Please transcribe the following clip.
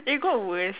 it got worse